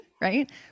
right